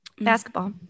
basketball